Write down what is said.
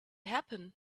happen